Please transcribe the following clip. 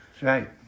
Right